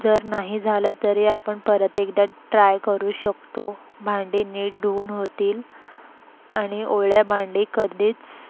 जर नाही झालं तरी आपण परत एकदा ट्राय करू शकतो भांडी नीट धुऊन होतील आणि ओली भांडी कधीच